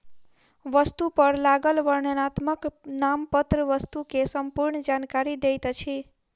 वस्तु पर लागल वर्णनात्मक नामपत्र वस्तु के संपूर्ण जानकारी दैत अछि